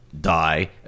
die